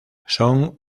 son